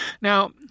Now